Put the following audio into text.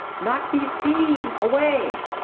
not be seen away!